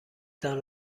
تان